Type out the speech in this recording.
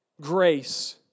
Grace